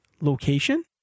location